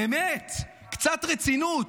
באמת, קצת רצינות.